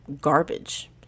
garbage